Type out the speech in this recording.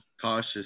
Cautious